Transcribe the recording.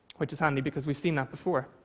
which is handy because we've seen that before.